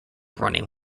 running